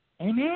Amen